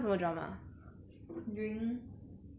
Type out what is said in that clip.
during circuit breaker